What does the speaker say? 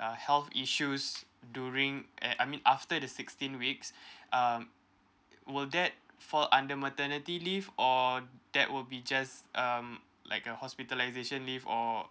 uh health issues during at I mean after the sixteen weeks um will that fall under maternity leave or that will be just um like a hospitalization leave or